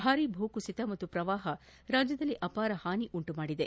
ಭಾರೀ ಭೂಕುಸಿತ ಮತ್ತು ಪ್ರವಾಹ ರಾಜ್ಯದಲ್ಲಿ ಅಪಾರ ಹಾನಿ ಉಂಟು ಮಾದಿದೆ